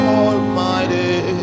almighty